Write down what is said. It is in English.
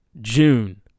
June